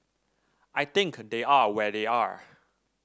I think they are where they are